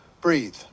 breathe